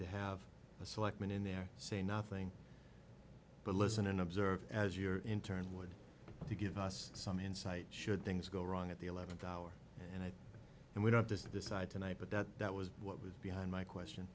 to have a selectman in there say nothing but listen and observe as you're in turn would you give us some insight should things go wrong at the eleventh hour and i and we don't just decide tonight but that that was what was behind my question